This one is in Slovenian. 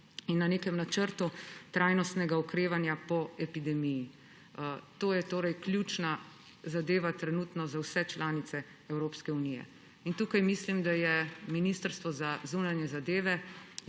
in na nekem načrtu trajnostnega okrevanja po epidemiji. To je torej ključna zadeva trenutno za vse članice Evropske unije. Tukaj mislim, da je Ministrstvo za zunanje zadeve